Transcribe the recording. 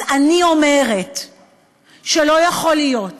אז אני אומרת שלא יכול להיות